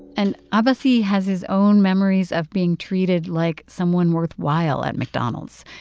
and abbassi has his own memories of being treated like someone worthwhile at mcdonald's.